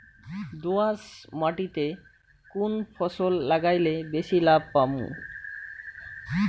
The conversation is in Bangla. দোয়াস মাটিতে কুন ফসল লাগাইলে বেশি লাভ পামু?